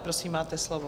Prosím, máte slovo.